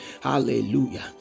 Hallelujah